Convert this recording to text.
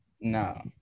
No